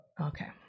okay